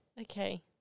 Okay